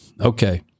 Okay